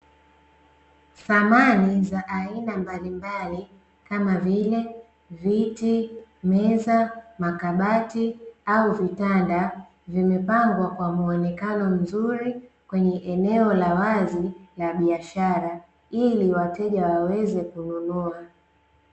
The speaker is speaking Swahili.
Samani za aina mbalimbali, kama vile: viti, meza, makabati au vitanda, vimepangwa kwa muonekano mzuri kwenye eneo la wazi la biashara, ili wateja waweze kununua.